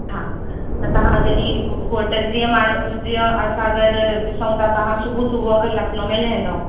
हा त तव्हां जॾहिं ह होटल जीअं माण्हू जीअं असां अगरि ॾिसूं त तव्हां सुबुह सुबुह अगरि लखनऊ में लहंदो